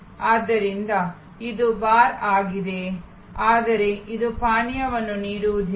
ಆದ್ದರಿಂದ ಇದು ಬಾರ್ ಆಗಿದೆ ಆದರೆ ಇದು ಪಾನೀಯಗಳನ್ನು ನೀಡುವುದಿಲ್ಲ